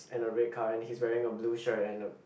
and a red car and he is wearing a blue shirt and a